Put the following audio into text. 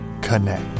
Connect